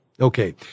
Okay